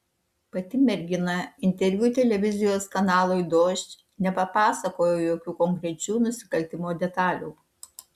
pati mergina interviu televizijos kanalui dožd nepapasakojo jokių konkrečių nusikaltimo detalių